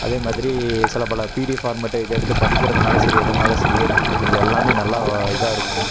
அதே மாதிரி சில பல பிடிஎஃப்பாக ஃபார்மெட்டு இதை எடுத்து படிக்கிறதுனால் சரி எதுனாலும் சரி இதில் எல்லாமே நல்லா இதாக இருக்கும்